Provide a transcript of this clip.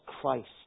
Christ